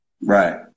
Right